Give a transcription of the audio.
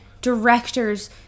directors